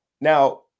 now